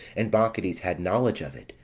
and bacchides had knowledge of it,